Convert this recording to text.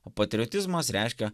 o patriotizmas reiškia